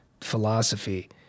philosophy